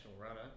runner